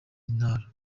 ntara